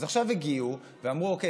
אז עכשיו הגיעו ואמרו: אוקיי,